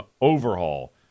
overhaul